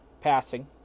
passing